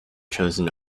chosen